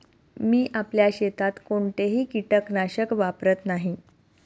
मी आपल्या शेतात कोणतेही कीटकनाशक वापरत नाही